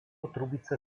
trubice